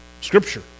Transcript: Scripture